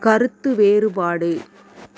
கருத்து வேறுபாடு